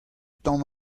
tamm